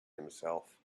himself